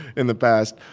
in the past,